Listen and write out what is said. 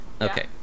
Okay